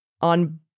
on